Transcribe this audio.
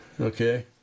Okay